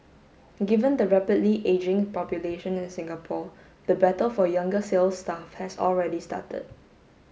given the rapidly ageing population in Singapore the battle for younger sales staff has already started